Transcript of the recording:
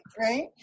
right